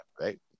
right